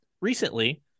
recently